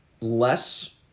less –